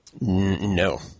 No